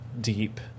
deep